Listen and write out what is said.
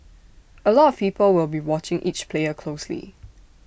A lot of people will be watching each player closely